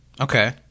Okay